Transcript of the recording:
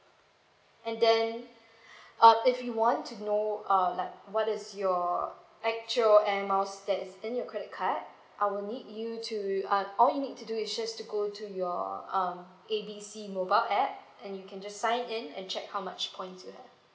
and then uh if you want to know uh like what is your actual air miles that is in your credit card I will need you to uh all you need to do is just to go to your um A B C mobile app and you can just sign in and check how much points you have